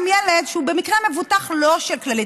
אם ילד שהוא במקרה לא מבוטח של כללית,